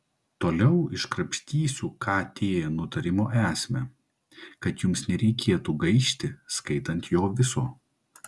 toliau iškrapštysiu kt nutarimo esmę kad jums nereikėtų gaišti skaitant jo viso